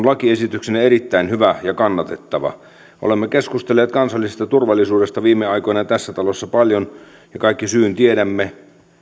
lakiesityksenä erittäin hyvä ja kannatettava olemme keskustelleet kansallisesta turvallisuudesta viime aikoina tässä talossa paljon ja kaikki tiedämme